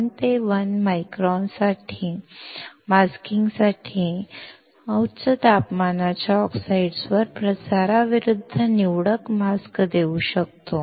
1 ते 1 मायक्रॉन मास्किंगसाठी उच्च तापमानाच्या ऑक्साईड्सवर प्रसाराविरूद्ध निवडक मास्क देऊ शकतो